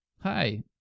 Hi